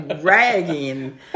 ragging